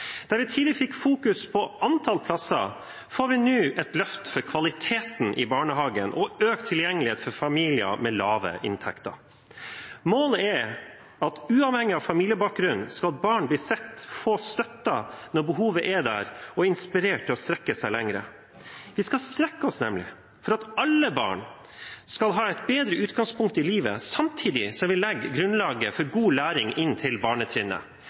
Der vi tidligere fokuserte på antall plasser, får vi nå et løft for kvaliteten i barnehagen og økt tilgjengelighet for familier med lave inntekter. Målet er at uavhengig av familiebakgrunn skal barn bli sett, få støtte når behovet er der, og bli inspirert til å strekke seg lenger. Vi skal strekke oss, nemlig, for at alle barn skal ha et bedre utgangspunkt i livet, samtidig som vi legger grunnlaget for god læring inn til